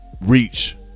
Reach